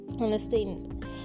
Understand